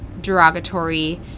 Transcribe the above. derogatory